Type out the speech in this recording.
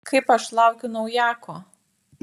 kaip aš laukiu naujako